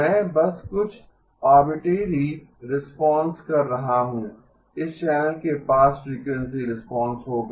मैं बस कुछ आरबिट्रेरी रिस्पांस कर रहा हूं इस चैनल के पास फ़्रीक्वेंसी रिस्पांस होगा